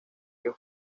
que